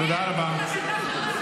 תודה רבה.